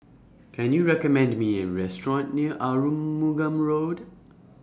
Can YOU recommend Me A Restaurant near Arumugam Road